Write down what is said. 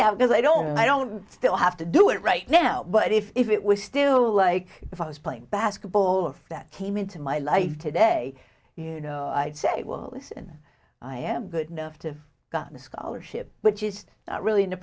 that because i don't i don't still have to do it right now but if it was still like if i was playing basketball that came into my life today you know i'd say well listen i am good enough to gotten a scholarship which is really in